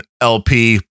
LP